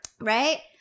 Right